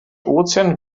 ozean